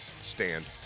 Stand